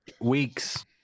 weeks